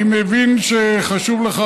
אני מבין שחשוב לך,